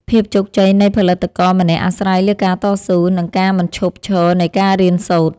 ភាពជោគជ័យនៃផលិតករម្នាក់អាស្រ័យលើការតស៊ូ និង ការមិនឈប់ឈរនៃការរៀនសូត្រ។